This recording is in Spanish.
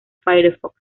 firefox